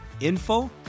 info